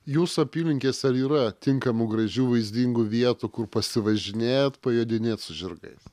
jūsų apylinkėse ar yra tinkamų gražių vaizdingų vietų kur pasivažinėt pajodinėt su žirgais